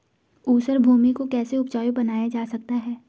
ऊसर भूमि को कैसे उपजाऊ बनाया जा सकता है?